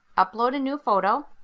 upload a new photo